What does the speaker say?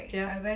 yeah